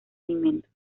alimentos